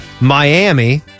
Miami